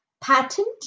patent